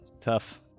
Tough